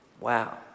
Wow